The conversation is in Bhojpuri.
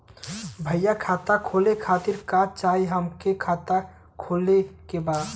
भईया खाता खोले खातिर का चाही हमके खाता खोले के बा?